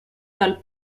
dal